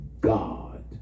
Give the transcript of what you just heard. God